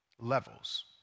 levels